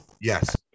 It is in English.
yes